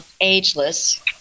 ageless